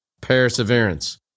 Perseverance